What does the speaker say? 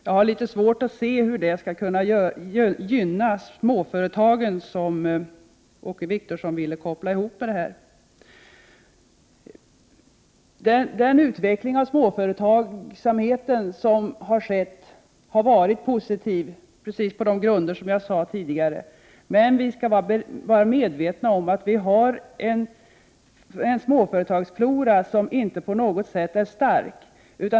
Jag har litet svårt att se hur det skall kunna gynna småföretagen på det sätt som Åke Wictorsson ville göra gällande. Den utveckling av småföretagsamheten som har skett har varit positiv. Men vi bör vara medvetna om att vi har en småföretagsflora som inte på något sätt är stark.